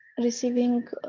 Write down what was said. receiving